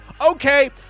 Okay